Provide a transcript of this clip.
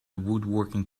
woodworking